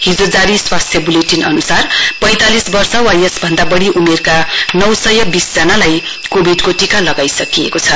हिजो जारी स्वास्थ्य बुलेटिन अनुसार पैंतालिस वर्ष वा यसभन्दा बढी उमेरका नौ सय बीसजनालाई कोविडको टीका लगाइसकिएको छ